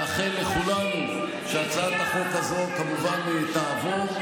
לאחל לכולנו שהצעת החוק הזאת כמובן תעבור.